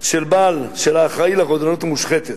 של האחראי לרודנות המושחתת,